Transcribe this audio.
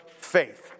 faith